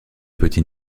petit